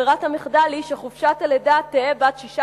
ברירת המחדל היא שחופשת הלידה תהא בת שישה